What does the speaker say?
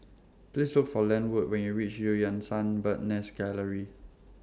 Please Look For Lenwood when YOU REACH EU Yan Sang Bird's Nest Gallery